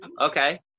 Okay